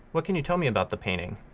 what can you tell me about the painting?